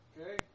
Okay